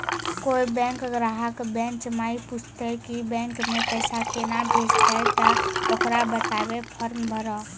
कोय बैंक ग्राहक बेंच माई पुछते की बैंक मे पेसा केना भेजेते ते ओकरा बताइबै फॉर्म भरो